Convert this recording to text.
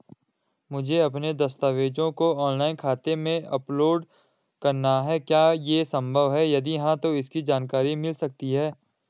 मुझे अपने दस्तावेज़ों को ऑनलाइन खाते में अपलोड करना है क्या ये संभव है यदि हाँ तो इसकी जानकारी मिल सकती है?